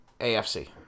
AFC